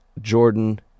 Jordan